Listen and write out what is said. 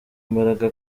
imbaraga